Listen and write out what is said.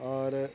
اور